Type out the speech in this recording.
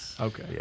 Okay